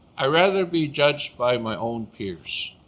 i'd rather be judged by my own peers.